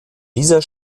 dieser